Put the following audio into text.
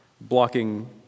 blocking